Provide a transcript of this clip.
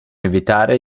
evitare